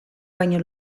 baino